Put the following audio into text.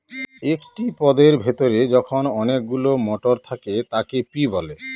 একটি পদের ভেতরে যখন অনেকগুলো মটর থাকে তাকে পি বলে